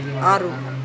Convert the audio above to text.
ಆರು